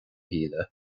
shíle